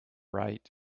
right